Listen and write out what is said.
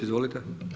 Izvolite.